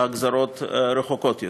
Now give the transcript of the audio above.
בגזרות רחוקות יותר.